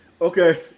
Okay